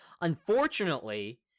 Unfortunately